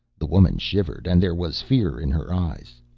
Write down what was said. the woman shivered and there was fear in her eyes.